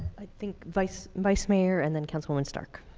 i thank vice vice mayor and then councilwoman stark.